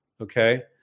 Okay